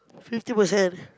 fifty percent